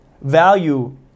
value